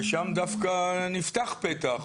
ושם דווקא נפתח פתח,